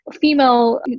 female